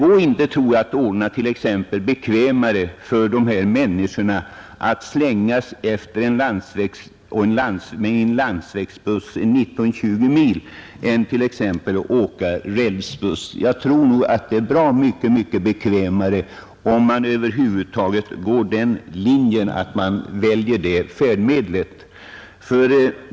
Går det att ordna bekvämare förbindelser genom att låta människorna slänga i en landsvägsbuss 19-20 mil än genom att låta dem åka t.ex. rälsbuss? Jag tror att det sistnämnda färdmedlet är bra mycket bekvämare.